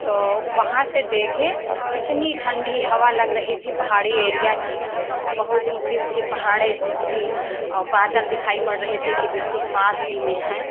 तो वहां से देखे इतनी ठंडी हवा लग रही थी पहाड़ी एरिया थी बहुत ऊँची ऊँची पहाड़े थी और बादल दिखाई पड़ रहे थे कि बिलकुल पास ही में है